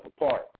apart